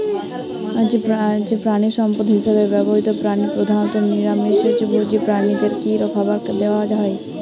প্রাণিসম্পদ হিসেবে ব্যবহৃত প্রাণী প্রধানত নিরামিষ ভোজী প্রাণীদের কী খাবার দেয়া হয়?